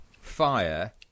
fire